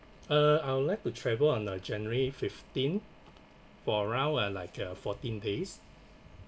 uh I would like to travel on uh january fifteen for around uh like uh fourteen days